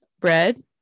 bread